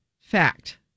Fact